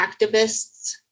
Activists